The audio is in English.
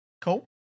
Cool